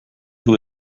who